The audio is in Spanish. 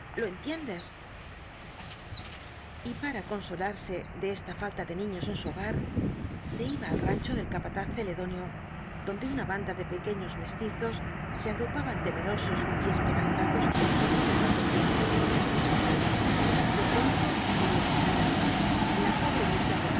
lo entiendes y para consolarse de esta falta de niños en su hogar se jba al rancho del capataz celedonio donde una banda de pequeños mestizos se agrupaban temerosos y esperanzados en torno del patrón viejo de pronto murió la china la pobre